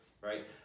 right